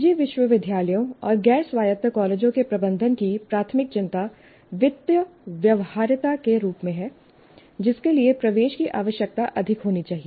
निजी विश्वविद्यालयों और गैर स्वायत्त कॉलेजों के प्रबंधन की प्राथमिक चिंता वित्तीय व्यवहार्यता के रूप में है जिसके लिए प्रवेश की आवश्यकता अधिक होनी चाहिए